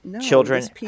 Children